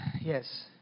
Yes